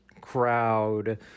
crowd